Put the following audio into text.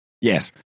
Yes